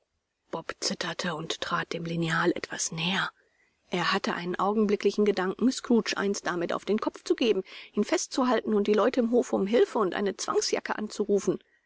bob zitterte und trat dem lineal etwas näher er hatte einen augenblicklichen gedanken scrooge eins damit auf den kopf zu geben ihn fest zu halten und die leute im hofe um hilfe und eine zwangsjacke anzurufen